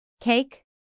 Cake